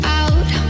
out